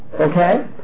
Okay